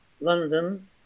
London